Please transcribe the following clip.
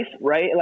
right